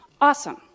awesome